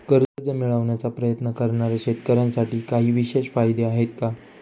कर्ज मिळवण्याचा प्रयत्न करणाऱ्या शेतकऱ्यांसाठी काही विशेष फायदे आहेत का?